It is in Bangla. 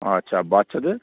আচ্ছা বাচ্ছাদের